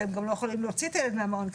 והם גם לא יכולים להוציא את הילד מהמעון,